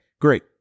great